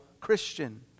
Christian